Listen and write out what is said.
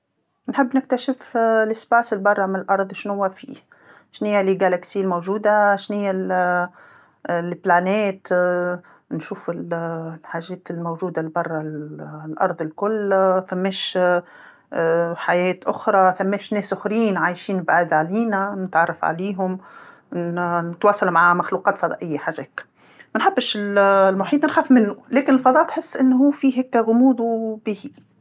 نحب نكتشف الفضاء البرا من الأرض شناوا فيه، شناي المجرات الموجوده شناي البلانات نشوف ال- الحاجات الموجوده البرا الأرض الكل، ما ثماش حياة أخرى ما ثماش ناس أخرين عايشين بعاد علينا، نتعرف عليهم، نتواصل مع مخلوقات فضائيه حاجه هاكا ما نحبش المحيط نخاف منو، لكن الفضاء تحس أنو هو فيه هاكا غموض و باهي.